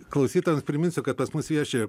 klausytojams priminsiu kad pas mus vieši